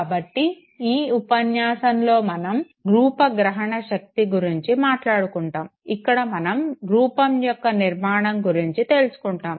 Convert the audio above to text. కాబట్టి ఈ ఉపన్యాసంలో మనం రూప గ్రహణశక్తి గురించి మాట్లాడుకుంటాము ఇక్కడ మనం రూపం యొక్క నిర్మాణం గురించి తెలుసుకుంటాము